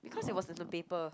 because it was in the paper